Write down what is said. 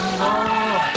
more